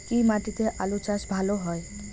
কি মাটিতে আলু চাষ ভালো হয়?